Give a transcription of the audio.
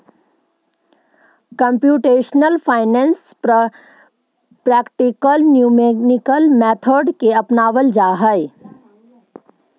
computational finance practical numerical method के अपनावऽ हई